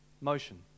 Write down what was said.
motion